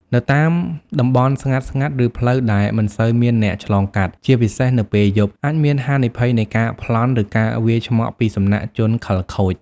នៅតាមតំបន់ស្ងាត់ៗ ឬផ្លូវដែលមិនសូវមានអ្នកឆ្លងកាត់ ជាពិសេសនៅពេលយប់ អាចមានហានិភ័យនៃការប្លន់ ឬការវាយឆ្មក់ពីសំណាក់ជនខិលខូច។